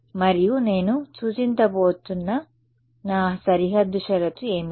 మరియు నేను సూచించబోతున్న నా సరిహద్దు షరతు ఏమిటి